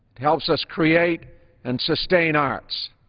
helps us create and sustain arts.